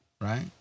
right